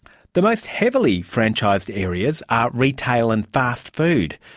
the most heavily franchised areas are retail and fast food,